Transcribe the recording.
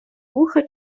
вуха